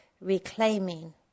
reclaiming